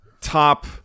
top